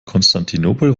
konstantinopel